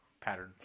pattern